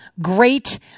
great